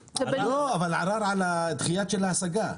לא, אבל ערר על הדחייה של ההשגה.